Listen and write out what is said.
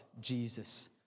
Jesus